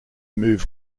move